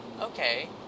Okay